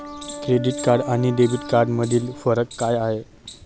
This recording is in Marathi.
क्रेडिट कार्ड आणि डेबिट कार्डमधील फरक काय आहे?